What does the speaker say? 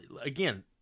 again